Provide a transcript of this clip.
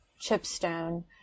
Chipstone